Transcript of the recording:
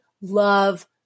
love